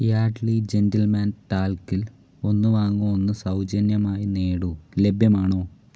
Yardley gentleman ടാൽക്കിൽ ഒന്ന് വാങ്ങൂ ഒന്ന് സൗജന്യമായി നേടൂ ലഭ്യമാണോ